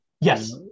Yes